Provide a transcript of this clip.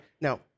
Now